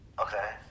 Okay